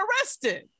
arrested